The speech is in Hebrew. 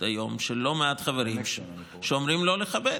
היום של לא מעט חברים שאומרים לא לכבד.